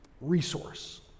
resource